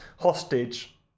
hostage